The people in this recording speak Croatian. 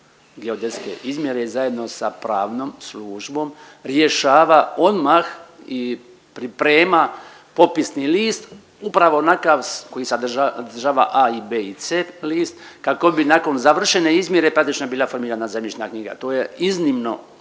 geodetske izmjere zajedno sa pravnom službom rješava odmah i priprema popisni list upravo onakav koji sadržava A i B i C list kako bi nakon završene izmjere praktično bila formirana zemljišna knjiga. To je iznimno